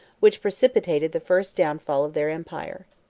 which precipitated the first downfall of their empire.